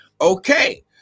Okay